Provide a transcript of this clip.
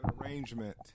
arrangement